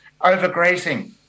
overgrazing